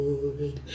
Lord